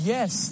Yes